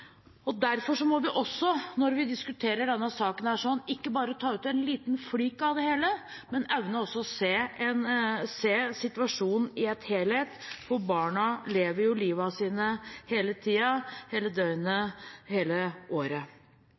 må vi også – når vi diskuterer denne saken – ikke bare ta ut en liten flik av det hele, men også evne å se situasjonen i en helhet, for barna lever jo livene sine hele tida, hele døgnet og hele året.